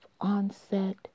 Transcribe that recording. onset